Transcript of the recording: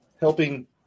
Helping